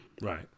Right